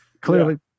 Clearly